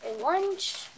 Lunch